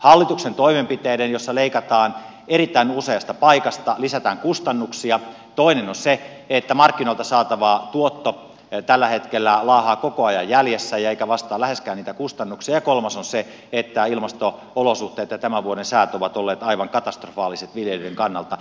hallituksen toimenpiteiden joissa leikataan erittäin useasta paikasta lisätään kustannuksia toinen on se että markkinoilta saatava tuotto tällä hetkellä laahaa koko ajan jäljessä eikä vastaa läheskään kustannuksia ja kolmas on se että ilmasto olosuhteet ja tämän vuoden säät ovat olleet aivan katastrofaaliset viljelijöiden kannalta